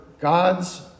God's